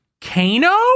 Kano